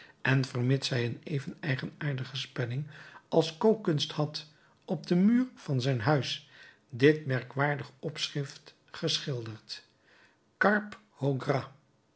en vermits hij een even eigenaardige spelling als kookkunst had op den muur van zijn huis dit merkwaardig opschrift geschilderd carpes